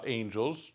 angels